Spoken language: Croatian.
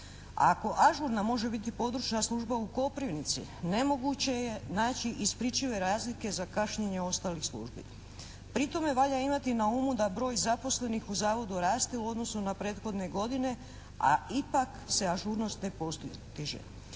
Ako ažurna može biti Područna služba u Koprivnici nemoguće je naći ispričive razlike za kašnjenje ostalih službi. Pri tome valja imati na umu da broj zaposlenih u Zavodu raste u odnosu na prethodne godine, a ipak se ažurnost ne postiže.